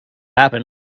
happen